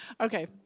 okay